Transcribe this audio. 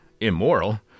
Immoral